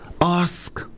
Ask